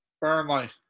Burnley